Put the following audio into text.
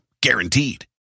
guaranteed